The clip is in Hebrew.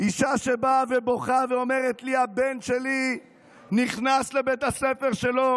אישה שבאה ובוכה ואומרת לי: הבן שלי נכנס לבית הספר שלו